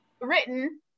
written